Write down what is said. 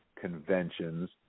conventions